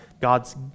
God's